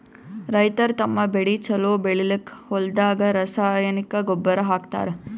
ರೈತರ್ ತಮ್ಮ್ ಬೆಳಿ ಛಲೋ ಬೆಳಿಲಿಕ್ಕ್ ಹೊಲ್ದಾಗ ರಾಸಾಯನಿಕ್ ಗೊಬ್ಬರ್ ಹಾಕ್ತಾರ್